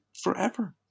forever